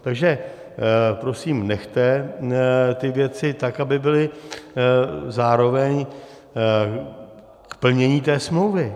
Takže prosím nechte ty věci tak, aby byly zároveň k plnění té smlouvy.